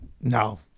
no